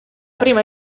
prima